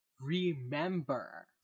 remember